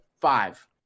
five